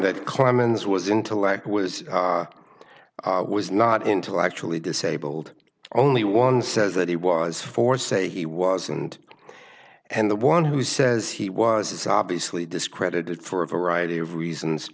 that clemens was intellect was was not intellectually disabled only one says that he was four say he was and and the one who says he was is obviously discredited for a variety of reasons